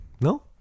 No